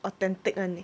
authentic [one]